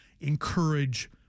encourage